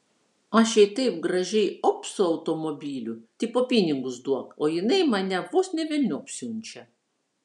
aš jai taip gražiai op su automobiliu tipo pinigus duok o jinai mane vos ne velniop siunčia